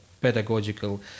pedagogical